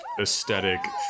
aesthetic